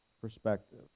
perspective